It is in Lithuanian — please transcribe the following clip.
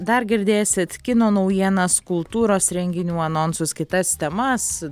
dar girdėsit kino naujienas kultūros renginių anonsus kitas temas